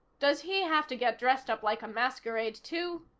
does he have to get dressed up like a masquerade, too?